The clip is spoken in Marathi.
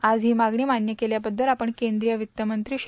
आज ही मागणी मान्य केल्याबद्दल आपण केंदीय वित्तमंत्री श्री